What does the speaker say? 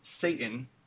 Satan